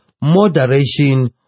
moderation